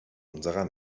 unserer